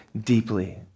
deeply